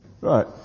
Right